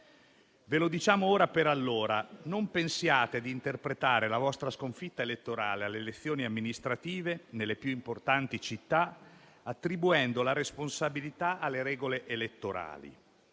Ve lo diciamo ora per allora: non pensate di interpretare la vostra sconfitta elettorale alle elezioni amministrative nelle più importanti città attribuendo la responsabilità alle regole elettorali.